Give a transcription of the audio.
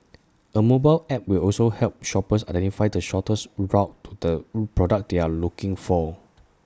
A mobile app will also help shoppers identify the shortest route to the product they are looking for